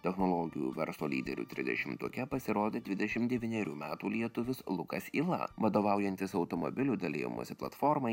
technologijų verslo lyderių trisdešimtuke pasirodė dvidešim devynerių metų lietuvis lukas yla vadovaujantis automobilių dalijimosi platformai